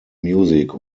music